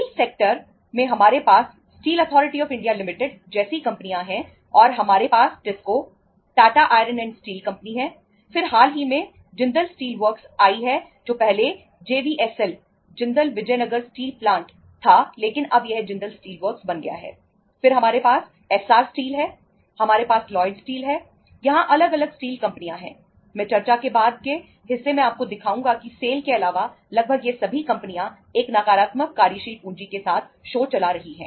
steel sector के अलावा लगभग ये सभी कंपनियां एक नकारात्मक कार्यशील पूंजी के साथ शो चला रही हैं